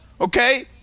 Okay